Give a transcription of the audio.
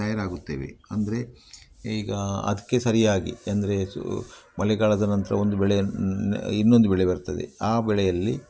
ತಯಾರಾಗುತ್ತೇವೆ ಅಂದರೆ ಈಗ ಅದಕ್ಕೆ ಸರಿಯಾಗಿ ಅಂದರೆ ಸು ಮಳೆಗಾಲದ ನಂತರ ಒಂದು ಬೆಳೆಯನ್ನು ಇನ್ನೊಂದು ಬೆಳೆ ಬರ್ತದೆ ಆ ಬೆಳೆಯಲ್ಲಿ